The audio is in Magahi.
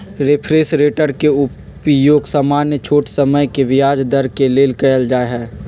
रेफरेंस रेट के उपयोग सामान्य छोट समय के ब्याज दर के लेल कएल जाइ छइ